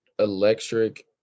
electric